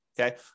okay